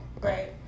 Right